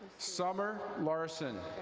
summer larson.